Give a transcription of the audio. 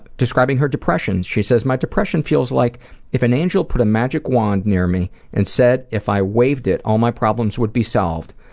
describing her depression, she says, my depression feels like if an angel put a magic wand near and said if i waved it all my problems would be solved,